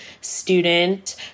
student